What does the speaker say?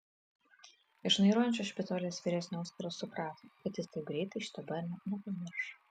iš šnairuojančio špitolės vyresniojo oskaras suprato kad jis taip greitai šito barnio nepamirš